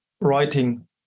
writing